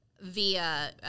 via